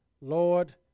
Lord